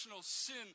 sin